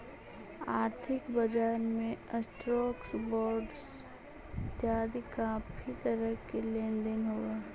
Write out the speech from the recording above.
आर्थिक बजार में स्टॉक्स, बॉंडस इतियादी काफी तरह के लेन देन होव हई